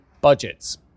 budgets